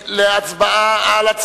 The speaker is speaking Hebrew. בעד, 25, אין מתנגדים, אין נמנעים.